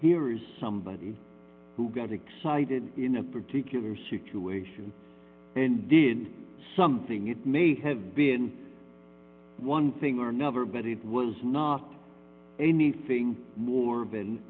here is somebody who got excited in a particular situation and did something it may have been one thing or another but it was not anything more than